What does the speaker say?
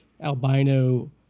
albino